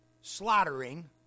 slaughtering